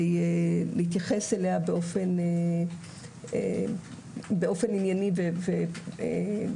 להתייחס אליה באופן ענייני ולהיבטים השונים.